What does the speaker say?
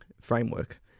framework